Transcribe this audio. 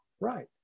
Right